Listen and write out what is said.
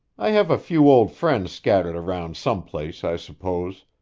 i have a few old friends scattered around some place, i suppose.